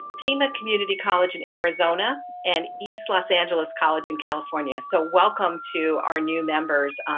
pima community college in arizona and east los angeles college in california. so, welcome to our new members,